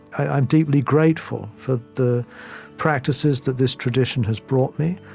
i'm deeply grateful for the practices that this tradition has brought me,